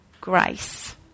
grace